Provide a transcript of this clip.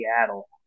Seattle